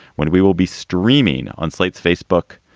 when we will be streaming on slate's facebook,